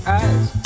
eyes